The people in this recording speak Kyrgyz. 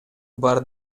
бар